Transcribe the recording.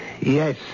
yes